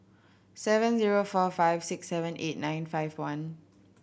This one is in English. seven zero four five six seven eight nine five one